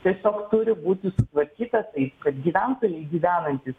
tiesiog turi būti sutvarkyta taip kad gyventojai gyvenantys